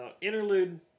Interlude